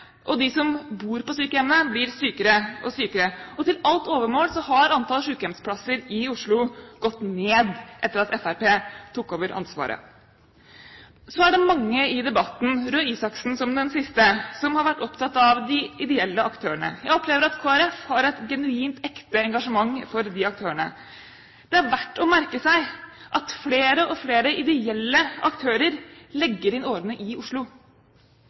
at de som bor på sykehjemmene, blir sykere og sykere. Til alt overmål har antall sykehjemsplasser i Oslo gått ned etter at Fremskrittspartiet tok over ansvaret. Så er det mange i debatten – Røe Isaksen som den siste – som har vært opptatt av de ideelle aktørene. Jeg opplever at Kristelig Folkeparti har et genuint engasjement for de aktørene. Det er verdt å merke seg at flere og flere ideelle aktører i Oslo legger inn